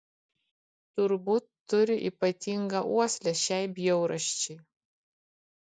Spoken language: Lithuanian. turbūt turi ypatingą uoslę šiai bjaurasčiai